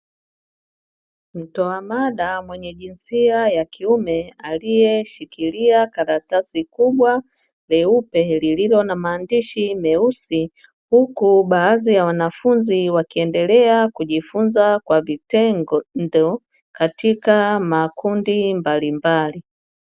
Mtoa mada mwenye jinsia ya kiume aliyeshikilia karatasi kubwa jeupe lililo na maandishi meusi, huku baadhi ya wanafunzi wakiendelea kujifunza kwa vitendo katika makundi mbalimbali.